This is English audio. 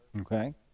Okay